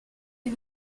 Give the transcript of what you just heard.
les